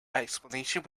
explanation